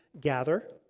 gather